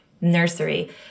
nursery